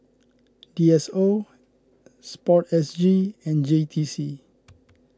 D S O Sport S G and J T C